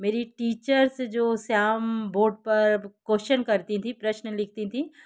मेरी टीचर से जो श्याम बोर्ड पर क्वेश्चन करती थी प्रश्न लिखती थीं